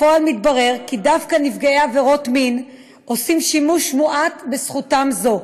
בפועל מתברר כי דווקא נפגעי עבירות מין עושים שימוש מועט בזכותם זו,